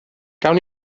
gawn